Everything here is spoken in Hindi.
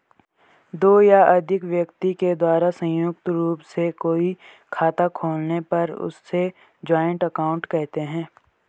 दो या अधिक व्यक्ति के द्वारा संयुक्त रूप से कोई खाता खोलने पर उसे जॉइंट अकाउंट कहते हैं